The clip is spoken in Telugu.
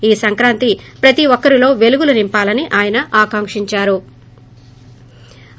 ఈ సంక్రాంతి ప్రతి ఒక్కరిలో పెలుగులు నింపాలని ఆయన ఆకాంక్షించారు